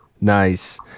Nice